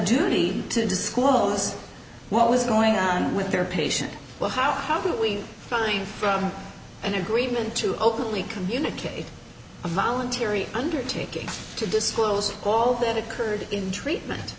duty to disclose what was going on with their patient well how how do we find from an agreement to openly communicate a voluntary undertaking to disclose all that occurred in treatment